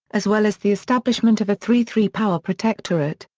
as well as the establishment of a three three power protectorate,